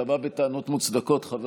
אתה בא בטענות מוצדקות, חבר